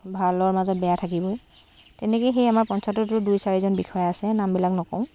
ভালৰ মাজত বেয়া থাকিবই তেনেকৈয়ে সেই আমাৰ পঞ্চায়ততো দুই চাৰিজন বিষয়া আছে নামবিলাক নকওঁ